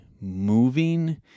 moving